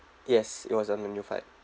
yes it was on the new flight